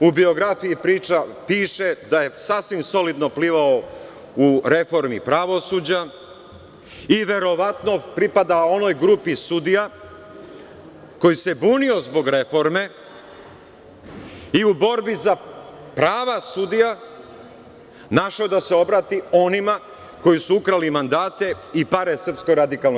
U biografiji piše da je sasvim solidno plivao u reformi pravosuđa i verovatno pripada onoj grupi sudija koji se bunio zbog reforme i u borbi za prava sudija našao da se obrati onima koji su ukrali mandate i pare SRS.